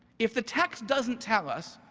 if the text doesn't tell us,